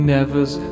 Nevers